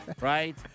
right